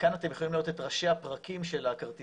כאן אתם יכולים לראות את ראשי הפרקים של הכרטיסיות.